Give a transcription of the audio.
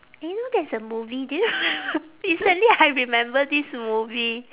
eh you know there's a movie do you recently I remember this movie